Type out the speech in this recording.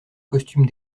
costume